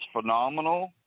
phenomenal